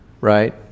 right